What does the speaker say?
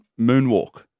moonwalk